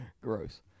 Gross